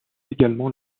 également